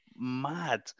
mad